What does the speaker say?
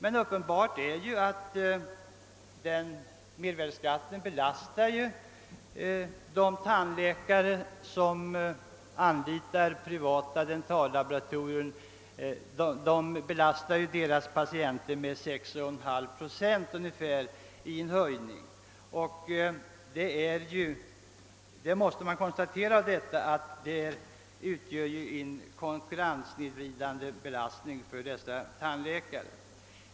Men uppenbart är ju att mervärdeskatten belastar patienterna hos de tandläkare, som anlitar privata dentallaboratorier, med en höjning av 6,5 procent. Man måste ju konstatera att det utgör en konkurrenssnedvridande belastning för dessa tandläkare.